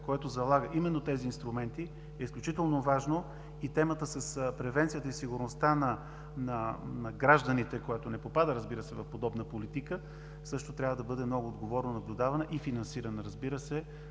която залага именно тези инструменти, е изключително важна и темата с превенцията и сигурността на гражданите, която не попада, разбира се, в подобна политика, също трябва да бъде много отговорно наблюдавана и финансирана, разбира се,